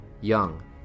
young